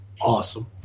Awesome